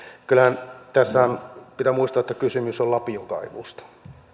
kyllähän tässä pitää muistaa että kysymys on lapiokaivuusta